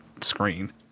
screen